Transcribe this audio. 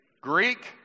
greek